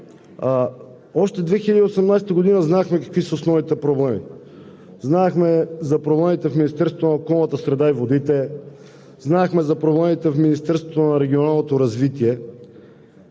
Още 2018 г. знаехме какви са основните проблеми, знаехме за проблемите в Министерството на околната среда и водите, знаехме за проблемите в Министерството на регионалното развитие,